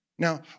Now